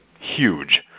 huge